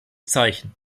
zeichen